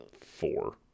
four